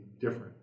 different